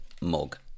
Mug